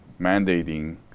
mandating